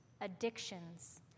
addictions